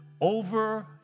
over